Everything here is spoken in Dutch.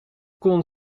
kon